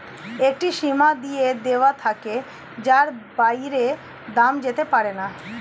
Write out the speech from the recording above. একটি সীমা দিয়ে দেওয়া থাকে যার বাইরে দাম যেতে পারেনা